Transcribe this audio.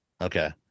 Okay